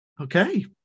Okay